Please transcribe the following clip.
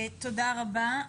תודה רבה.